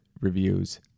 reviews